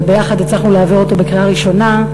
ויחד הצלחנו להעביר אותו בקריאה ראשונה,